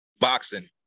Boxing